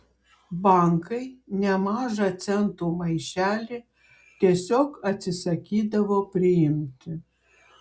bankai nemažą centų maišelį tiesiog atsisakydavo priimti